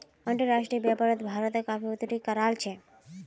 अंतर्राष्ट्रीय व्यापारोत भारत काफी उन्नति कराल छे